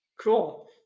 Cool